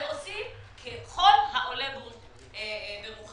ועושים ככל העולה על רוחם.